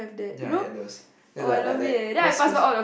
ya I had those and like like like cause cause